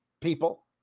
people